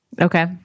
Okay